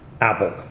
apple